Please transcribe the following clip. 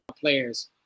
players